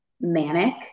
manic